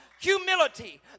humility